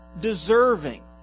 deserving